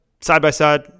side-by-side